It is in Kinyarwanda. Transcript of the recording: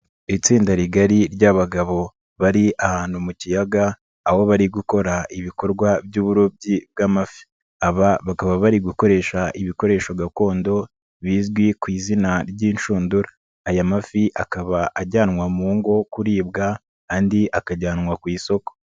Itsinda rigari ry'abagabo bari ahantu mu kiyaga aho bari gukora ibikorwa by'uburobyi bw'amafi, aba bakaba bari gukoresha ibikoresho gakondo bizwi ku izina ry'inshundura, aya mafi akaba ajyanwa mu ngo kuribwa andi akajyanwa ku isoko.